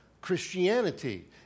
Christianity